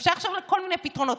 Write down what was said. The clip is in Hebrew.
אפשר לחשוב על כל מיני פתרונות.